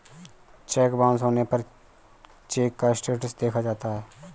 check bounce होने पर cheque का स्टेटस देखा जाता है